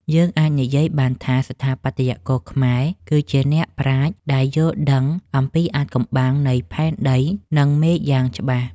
យើងអាចនិយាយបានថាស្ថាបត្យករខ្មែរគឺជាអ្នកប្រាជ្ញដែលយល់ដឹងអំពីអាថ៌កំបាំងនៃផែនដី និង មេឃយ៉ាងច្បាស់។